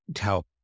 help